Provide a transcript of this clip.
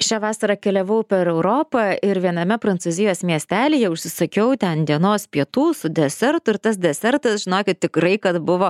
šią vasarą keliavau per europą ir viename prancūzijos miestelyje užsisakiau ten dienos pietų su desertu ir tas desertas žinokit tikrai kad buvo